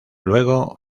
luego